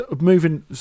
moving